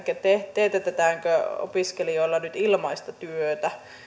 teetetäänkö opiskelijoilla nyt ilmaista työtä